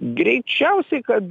greičiausiai kad